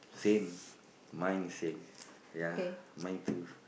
same mine's same ya mine too